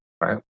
right